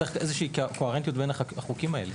צריך קוהרנטיות בין החוקים.